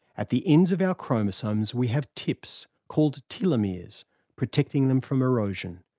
at the ends of our chromosomes, we have tips called telomeres protecting them from erosion.